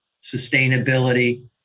sustainability